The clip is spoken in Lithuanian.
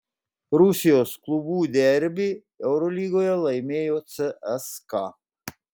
rusijos klubų derbį eurolygoje laimėjo cska